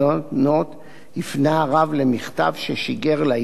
הפנה הרב למכתב ששיגר לעיתון מייד לאחר